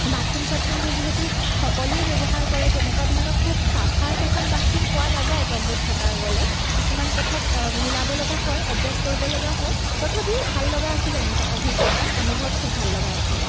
bathroom চাথৰুমবোৰ যিহেতু সকলোৱে ব্যৱহাৰ কৰে তেনেকুৱা ধৰণৰ খুব চাফ চিকুণ বাথৰুম পোৱা নাযায় তম্বুত থকা গ'লে কিছুমান কথাত মিলাব লগা হয় এডজাষ্ট কৰিব লগা হয় তথাপি ভাল লগা আছিল অনুভৱ অভিজ্ঞতা অনুভৱ খুব ভাল লগা আছিল